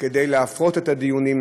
כדי להפרות את הדיונים,